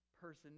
person